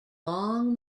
long